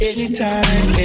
Anytime